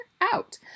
out